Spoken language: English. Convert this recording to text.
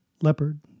leopard